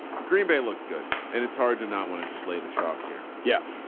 green bay looked good. and it's hard to not want to just lay the chalk here. yeah,